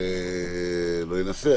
לא ננסה,